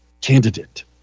candidate